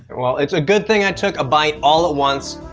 well, it's a good thing i took a bite all at once.